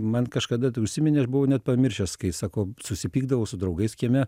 man kažkada tai užsiminė aš buvau net pamiršęs kai sako susipykdavau su draugais kieme